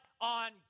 on